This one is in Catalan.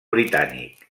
britànic